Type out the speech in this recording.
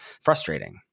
frustrating